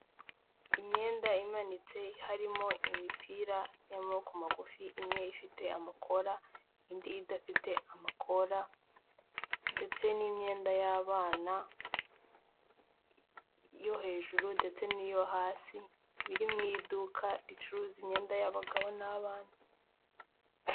Imyenda imanitse harimo imipira y'amaboko magufi imwe ifite amakora indi idafite amakora ndetse n'imyenda y'abana yo hejuru ndetse n'iyo hasi biri mu iduka ricuruza imyenda y'abagabo n'abana.